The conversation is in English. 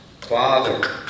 Father